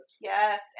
Yes